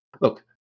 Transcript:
Look